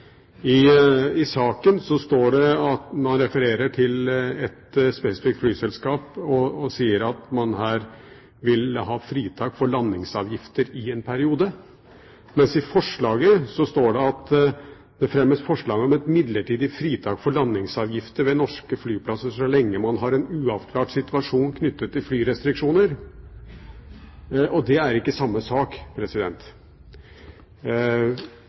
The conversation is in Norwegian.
forslaget. I saken står det at man refererer til et spesifikt flyselskap, og man sier at man her vil ha fritak for landingsavgifter i en periode, mens i forslaget står det at det fremmes forslag om et midlertidig fritak for landingsavgifter ved norske flyplasser så lenge man har en uavklart situasjon knyttet til flyrestriksjoner. Det er ikke samme sak.